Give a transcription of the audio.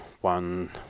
one